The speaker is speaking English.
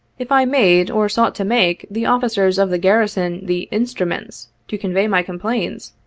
if i made, or sought to make, the officers of the garrison the instruments to convey my complaints,